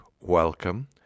welcome